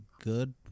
good